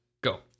go